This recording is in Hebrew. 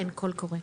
קול קורא.